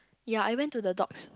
ya I went to the dogs